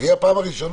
זו תהיה הפעם הראשונה.